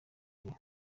dieu